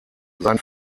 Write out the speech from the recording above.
sein